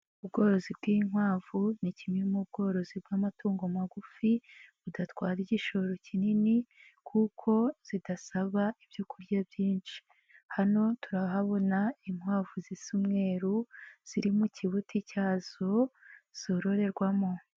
Ubworozi bw'inkwavu ni kimwe mu bworozi bw'amatungo magufi budatwara igishoro kinini kuko zidasaba ibyo kurya byinshi, hano turahabona inkwavu zisa umweru ziri mu kibuti cyazo zororerwamo.